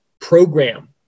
program